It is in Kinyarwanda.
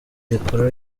rikuru